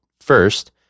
first